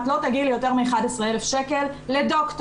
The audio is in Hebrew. את לא תגיעי ליותר מ-11,000 שקל לדוקטור.